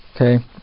Okay